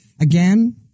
Again